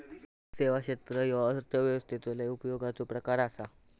सेवा क्षेत्र ह्यो अर्थव्यवस्थेचो लय उपयोगाचो प्रकार आसा